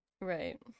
right